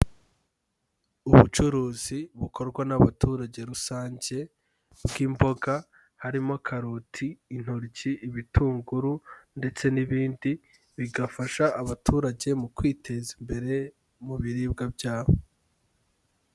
Ubucuruzi bukorwa n'abaturage rusange bw'imboga, harimo karoti, intoryi, ibitunguru ndetse n'ibindi, bigafasha abaturage mu kwiteza imbere mu biribwa byabo.